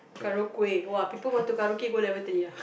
karaoke !wah! people want to karaoke go level three ah